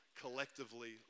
collectively